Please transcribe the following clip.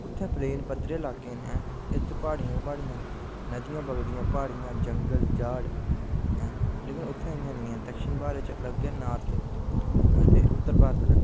उत्थें प्लेन पद्धरे ल्हाके न इत्त प्हाड़ियां गै प्हाड़ियां न नदियां बगदियां प्हाड़ियां जंगल जाड़ लेकिन उत्थें इंया निं ऐ दक्षिण भारत च अलग नार्थ ते उत्तर भारत अलग ऐ